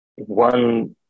One